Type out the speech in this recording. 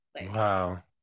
wow